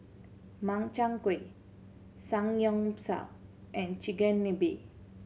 Makchang Gui Samgyeopsal and Chigenabe